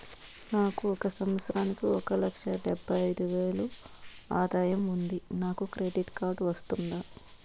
నాకు ఒక సంవత్సరానికి ఒక లక్ష డెబ్బై అయిదు వేలు ఆదాయం ఉంది నాకు క్రెడిట్ కార్డు వస్తుందా?